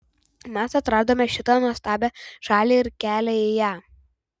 mes atradome šitą nuostabią šalį ir kelią į ją